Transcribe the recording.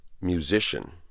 musician